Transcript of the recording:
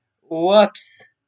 Whoops